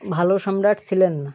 ভালো সম্রাট ছিলেন না